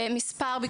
המספר המשוער של